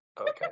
Okay